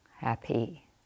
Happy